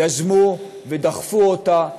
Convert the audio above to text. יזמו ודחפו אותה,